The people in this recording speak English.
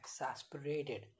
exasperated